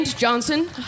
Johnson